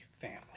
family